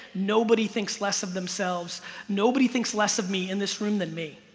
nobody thinks less of themselves nobody thinks less of me in this room than me.